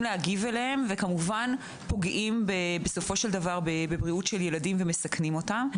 להגיב עליהם והם פוגעים בבריאות של ילדים ומסכנים אותם.